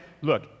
look